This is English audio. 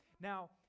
Now